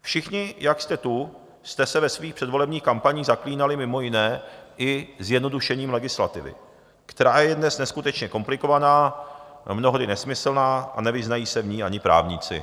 Všichni, jak jste tu, jste se ve svých předvolebních kampaních zaklínali mimo jiné i zjednodušením legislativy, která je dnes neskutečně komplikovaná, mnohdy nesmyslná a nevyznají se v ní ani právníci.